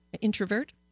introvert